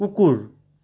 कुकुर